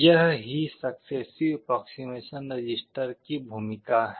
यह ही successive approximation register की भूमिका है